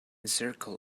circle